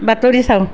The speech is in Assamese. বাতৰি চাওঁ